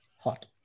Hot